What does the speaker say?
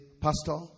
Pastor